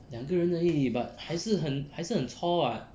两个人而已 but 还是很还是很 cuo [what]